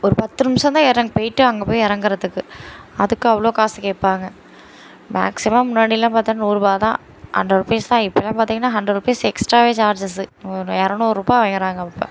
ஒரு பத்து நிமிடம் தான் இறங்கி போயிட்டு அங்கே போய் இறங்குறதுக்கு அதுக்கு அவ்வளோ காசு கேட்பாங்க மேக்சிமம் முன்னாடிலாம் பார்த்தா நூறு ருபா தான் ஹண்ட்ரட் ருபீஸ் தான் இப்போல்லாம் பார்த்திங்கனா ஹண்ட்ரட் ருபீஸ் எக்ஸ்ட்ராவே சார்ஜஸ்ஸு ஒரு இரநூறுபா கேட்குறாங்க இப்போ